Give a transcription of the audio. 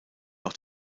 auch